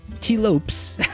T-Lopes